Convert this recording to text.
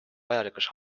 vajalikuks